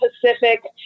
Pacific